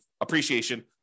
appreciation